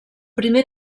primer